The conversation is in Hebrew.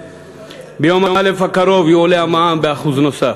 ביום ראשון הקרוב יועלה המע"מ ב-1% נוסף.